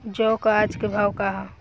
जौ क आज के भाव का ह?